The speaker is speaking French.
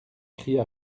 cria